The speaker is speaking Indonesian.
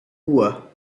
buah